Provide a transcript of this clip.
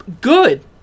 Good